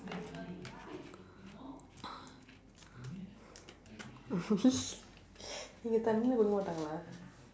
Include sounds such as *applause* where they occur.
*laughs* இங்கே தண்ணீ எல்லாம் கொடுக்க மாட்டாங்களா:inkee thannii ellaam kodukka maatdaangkalaa